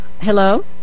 Hello